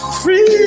free